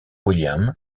william